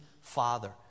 father